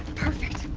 perfect.